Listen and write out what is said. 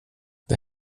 det